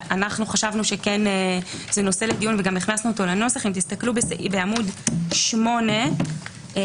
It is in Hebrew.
וחשבנו שזה נושא לדיון וגם הכנסנו אותו לנוסח - עמ' 8 למטה,